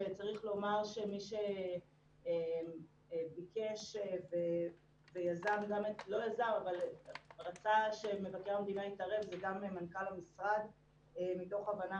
מי שביקש ורצה שמבקר המדינה זה גם מנכ"ל המשרד מתוך הבנה